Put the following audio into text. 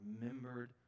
remembered